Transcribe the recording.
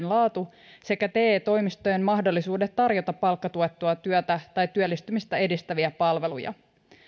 laatu sekä te toimistojen mahdollisuudet tarjota palkkatuettua työtä tai työllistymistä edistäviä palveluja